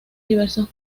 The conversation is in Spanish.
diversos